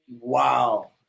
wow